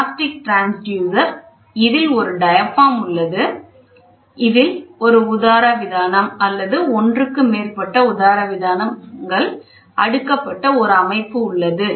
elastic transducer இதில் ஒரு diaphragm உள்ளது இதில் ஒரு உதரவிதானம் அல்லது ஒன்றுக்கு மேற்பட்ட உதரவிதான அட் அடுக்கப்பட்ட ஓர் அமைப்பு உள்ளது